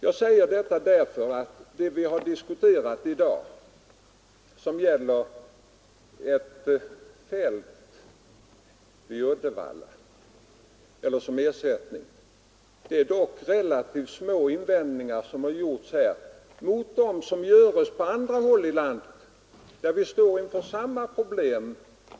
Jag vill gärna säga att vid diskussionen i dag om ett skjutfält i Uddevalla har invändningarna varit relativt små jämfört med dem som görs på andra håll i landet där vi står inför samma problem.